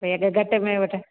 भई अगरि घटि में वठ